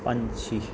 ਪੰਛੀ